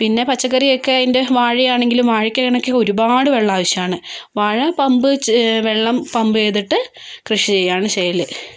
പിന്നെ പച്ചക്കറിയൊക്കെ അതിൻ്റെ വാഴ ആണെങ്കിലും വാഴയ്ക്ക് കണക്കേ ഒരുപാട് വെള്ളമാവിശ്യമാണ് വാഴ പമ്പ് വെള്ളം പമ്പു ചെയ്തിട്ട് കൃഷി ചെയ്യുകയാണ് ചെയ്യല്